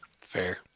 Fair